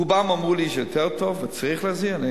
רובם אמרו לי שיותר טוב וצריך להחזיר,